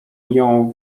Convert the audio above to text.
jął